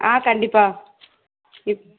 ஆ கண்டிப்பாக